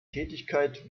tätigkeit